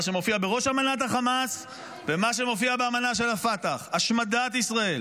מה שמופיע בראש אמנת החמאס ומה שמופיע באמנה של הפת"ח: השמדת ישראל,